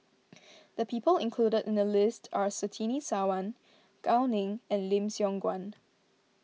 the people included in the list are Surtini Sarwan Gao Ning and Lim Siong Guan